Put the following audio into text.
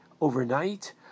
overnight